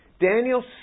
Daniel